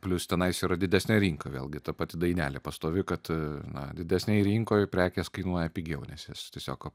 plius tenais yra didesnė rinka vėlgi ta pati dainelė pastovi kad na didesnei rinkoj prekės kainuoja pigiau nes jas tiesiog